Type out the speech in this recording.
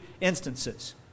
instances